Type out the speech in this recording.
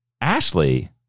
Ashley